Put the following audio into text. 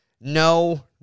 No